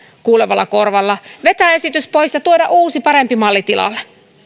kuulevalla korvalla vetää esitys pois ja tuoda uusi parempi malli tilalle